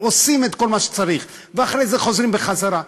עושים את כל מה שצריך ואחרי זה חוזרים בחזרה.